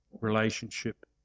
relationship